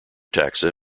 taxa